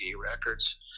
Records